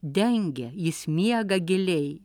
dengia jis miega giliai